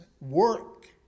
work